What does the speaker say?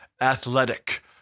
athletic